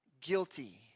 guilty